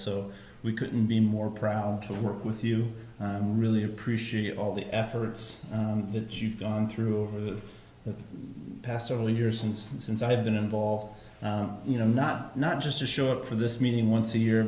so we couldn't be more proud to work with you really appreciate all the efforts that you've gone through over the past several years since since i've been involved you know not not just to show up for this meeting once a year